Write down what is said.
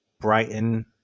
brighton